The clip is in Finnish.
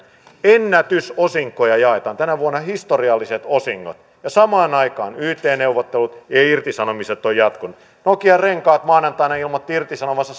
ennätysosinkoja jaetaan tänä vuonna historialliset osingot ja samaan aikaan yt neuvottelut ja irtisanomiset ovat jatkuneet nokian renkaat maanantaina ilmoitti irtisanovansa